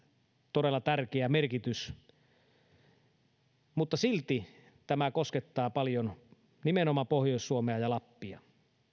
todella tärkeä merkitys silti tämä koskettaa paljon nimenomaan pohjois suomea ja lappia